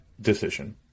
decision